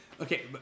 Okay